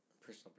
Personal